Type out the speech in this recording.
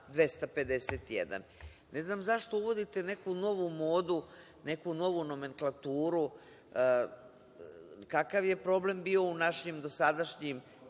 251? Ne znam zašto uvodite neku novu modu, neku novu nomenklaturu? Kakav je problem bio u našim sadašnjim